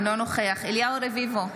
אינו נוכח אליהו רביבו,